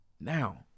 Now